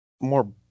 more